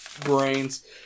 brains